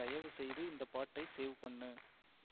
தயவுசெய்து இந்தப் பாட்டை சேவ் பண்ணு